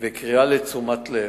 וקריאה לתשומת לב,